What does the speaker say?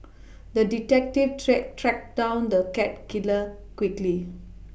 the detective tracked tracked down the cat killer quickly